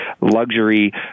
luxury